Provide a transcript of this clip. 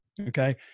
Okay